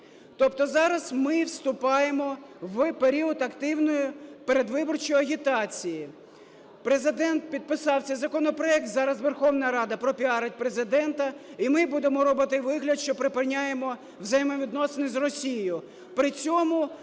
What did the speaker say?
Тобто зараз ми вступаємо в період активної передвиборчої агітації. Президент підписав цей законопроект, зараз Верховна Рада пропіарить Президента і ми будемо робити вигляд, що припиняємо взаємовідносини з Росією,